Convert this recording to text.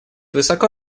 высоко